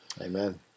Amen